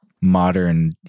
modern